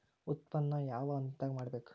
ಉತ್ಪನ್ನ ಯಾವ ಹಂತದಾಗ ಮಾಡ್ಬೇಕ್?